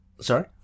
sorry